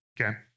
okay